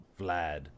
Vlad